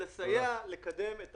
שלא לדבר גם על איך מחלקים את התלמידים,